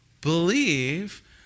believe